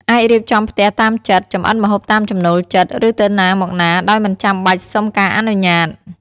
អាចរៀបចំផ្ទះតាមចិត្ត ចម្អិនម្ហូបតាមចំណូលចិត្ត ឬទៅណាមកណាដោយមិនចាំបាច់សុំការអនុញ្ញាត។